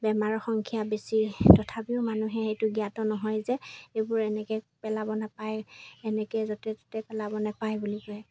বেমাৰৰ সংখ্যা বেছি তথাপিও মানুহে সেইটো জ্ঞাত নহয় যে এইবোৰ এনেকৈ পেলাব নাপায় এনেকৈ য'তে ত'তে পেলাব নাপায় বুলি কয়